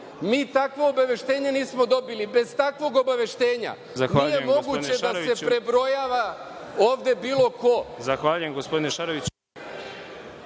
Mi takvo obaveštenje nismo dobili. Bez takvog obaveštenja nije moguće da se prebrojava ovde bilo ko.